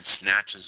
snatches